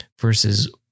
versus